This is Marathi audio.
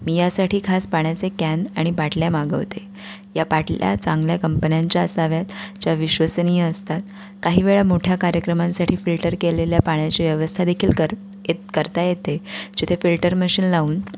मी यासाठी खास पाण्याचे कॅन आणि बाटल्या मागवते या बाटल्या चांगल्या कंपन्यांच्या असाव्यात ज्या विश्वसनीय असतात काही वेळा मोठ्या कार्यक्रमांसाठी फिल्टर केलेल्या पाण्याची व्यवस्थादेखील कर ए करता येते जिथे फिल्टर मशीन लावून